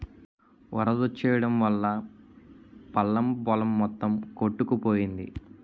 వరదొచ్చెయడం వల్లా పల్లం పొలం మొత్తం కొట్టుకుపోయింది